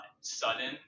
sudden